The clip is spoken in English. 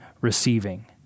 receiving